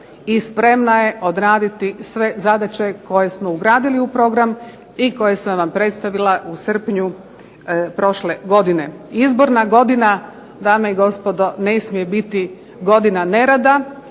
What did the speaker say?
i spremna je odraditi sve zadaće koje smo ugradili u program i koji sam vam predstavila u srpnju prošle godine. Izborna godina, dame i gospodo, ne smije biti godina nerada,